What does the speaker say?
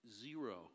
zero